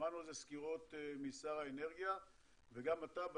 שמענו על זה סקירות משר האנרגיה וגם אתה,